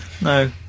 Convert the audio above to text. No